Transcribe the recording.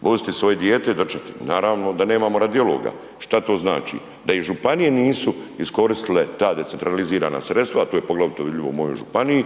voziti svoje dijete i … /ne razumije se/. Naravno da nemamo radiologa. Što to znači? Da i županije nisu iskoristile ta decentralizirana sredstva. To je poglavito vidljivo u mojoj županiji